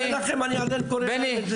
אני עדיין קורא להן כך.